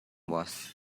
was